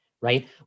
right